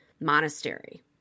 monastery